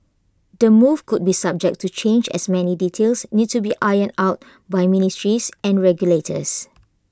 the move could be subject to change as many details need to be ironed out by ministries and regulators